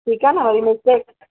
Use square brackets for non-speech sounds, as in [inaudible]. ठीक आहे न [unintelligible]